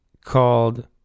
called